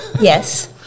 Yes